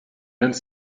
vingt